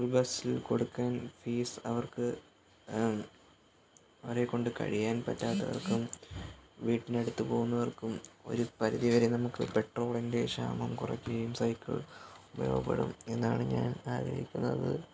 school bus കൊടുക്കാന് fees അവര്ക്ക് അവരെ കൊണ്ട് കഴിയാന് പറ്റാത്തവര്ക്കും വീട്ടിന് അടുത്ത് പോകുന്നവര്ക്കും ഒരു പരിധി വരെ നമുക്ക് പെട്രോളിന്റെ ക്ഷാമം കുറയ്ക്കുകയും സൈക്കിള് ഉപയോഗപ്പെടും എന്നാണ് ഞാന് ആഗ്രഹിക്കുന്നത്